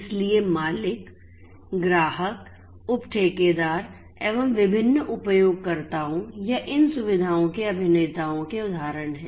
इसलिए मालिक ग्राहक उप ठेकेदार एवं विभिन्न उपयोगकर्ताओं या इन सुविधाओं के अभिनेताओं के उदाहरण हैं